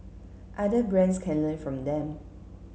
other brands can learn from them